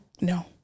No